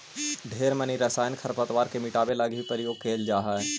ढेर मनी रसायन खरपतवार के मिटाबे लागी भी प्रयोग कएल जा हई